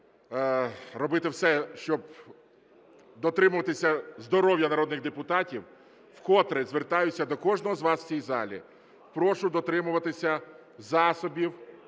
робити все, щоб дотримуватися здоров'я народних депутатів, вкотре звертаюся до кожного з вас в цій залі: прошу дотримуватися засобів